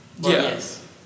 Yes